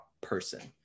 person